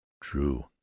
True